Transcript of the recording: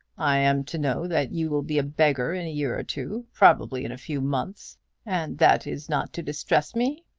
i am to know that you will be a beggar in a year or two probably in a few months and that is not to distress me!